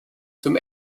zum